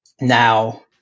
Now